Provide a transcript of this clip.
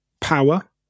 power